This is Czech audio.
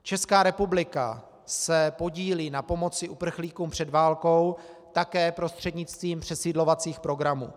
Česká republika se podílí na pomoci uprchlíkům před válkou také prostřednictvím přesídlovacích programů.